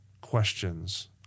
questions